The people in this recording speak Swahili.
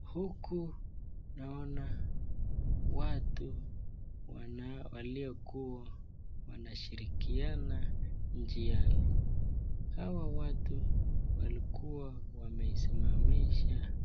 Huku naona watu waliokuwa wanashirikiana njiani, hawa watu wakikua wamesimamisha